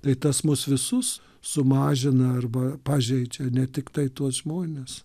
tai tas mus visus sumažina arba pažeidžia ne tiktai tuos žmones